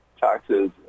taxes